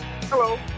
Hello